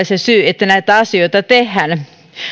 se syy että näitä asioita tehdään